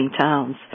towns